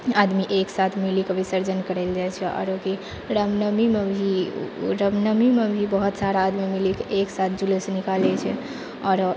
आदमी एकसाथ मिलीकऽ विसर्जन करै लए जाइ छै आरो कि रामनवमीमे भी रामनवमीमे भी बहुत सारा आदमी मिलीकऽ जुलूस निकालै छै आओर